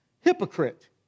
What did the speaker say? Hypocrite